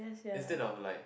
instead of like